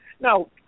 Now